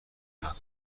مکان